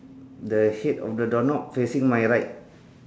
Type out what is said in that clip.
the head of the door knob facing my right